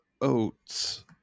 oats